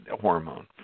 hormone